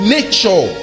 Nature